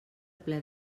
ple